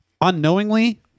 unknowingly